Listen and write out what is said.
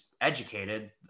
educated